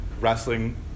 wrestling